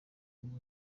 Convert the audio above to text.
ubu